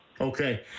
Okay